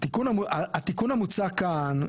התיקון המוצע כאן,